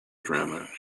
drama